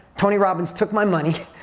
tony robbins took my money.